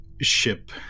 ship